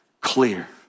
clear